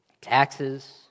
taxes